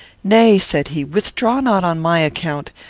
nay, said he, withdraw not on my account.